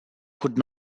could